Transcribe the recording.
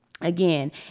again